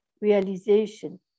realization